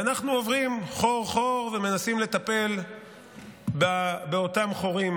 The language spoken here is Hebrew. ואנחנו עוברים חור-חור ומנסים לטפל באותם חורים,